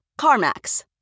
CarMax